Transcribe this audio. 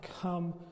come